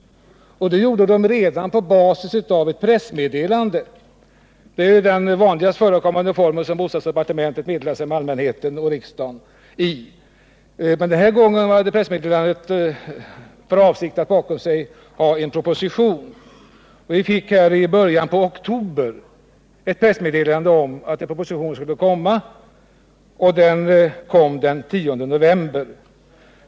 Det gjorde de redan på basis av ett pressmeddelande — det är den vanligast förekommande form i vilken bostadsdepartementet meddelar sig med allmänheten och riksdagen. Den här gången hade de som skickat ut pressmeddelandet ansett att de hade en proposition bakom sig. I början på oktober fick vi ett pressmeddelande om att en proposition skulle komma. Den kom den 10 november.